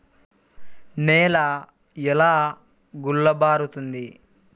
నేల ఎలా గుల్లబారుతుంది?